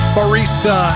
Barista